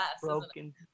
Broken